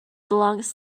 belongs